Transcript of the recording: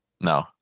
No